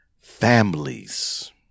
families